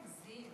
אל תגזים.